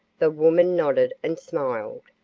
the woman nodded and smiled,